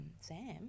Sam